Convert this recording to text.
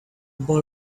boy